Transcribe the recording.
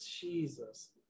Jesus